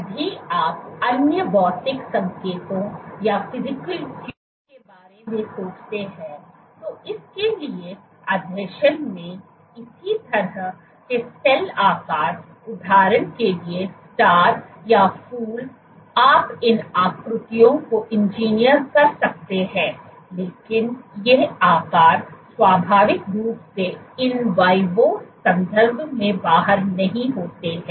यदि आप अन्य भौतिक संकेतों के बारे में सोचते हैं तो इसके लिए आसंजन में इस तरह के सेल आकार उदाहरण के लिए स्टार या फूल आप इन आकृतियों को इंजीनियर कर सकते हैं लेकिन ये आकार स्वाभाविक रूप से in vivo संदर्भ में बाहर नहीं होते हैं